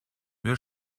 mir